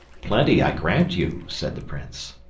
plenty, i grant you, said the prince.